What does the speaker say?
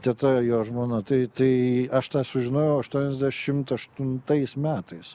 teta jo žmona tai tai aš tą sužinojau aštuoniasdešimt aštuntais metais